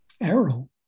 arrow